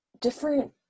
different